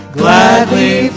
gladly